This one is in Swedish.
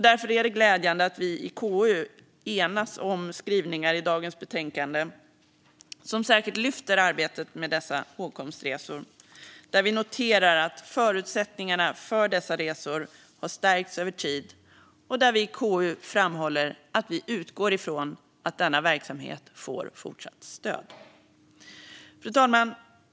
Därför är det glädjande att vi i KU har enats om skrivningar i dagens betänkande som särskilt lyfter fram arbetet med hågkomstresor, där vi noterar att förutsättningarna för dessa resor har stärkts över tid och framhåller att vi utgår från att denna verksamhet får fortsatt stöd. Fru talman!